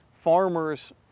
farmers